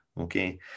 okay